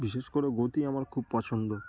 বিশেষ করে গতি আমার খুব পছন্দ